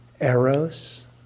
eros